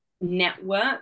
network